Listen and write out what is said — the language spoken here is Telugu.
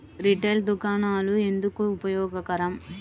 రిటైల్ దుకాణాలు ఎందుకు ఉపయోగకరం?